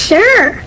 Sure